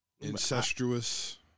Incestuous